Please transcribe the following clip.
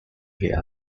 via